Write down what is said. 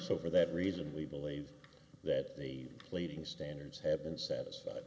so for that reason we believe that the pleading standards have been satisfied